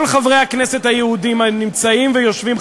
כל חברי הכנסת היהודים הנמצאים ויושבים,